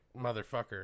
motherfucker